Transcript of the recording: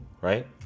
right